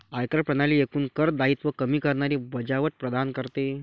आयकर प्रणाली एकूण कर दायित्व कमी करणारी वजावट प्रदान करते